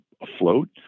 afloat